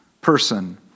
person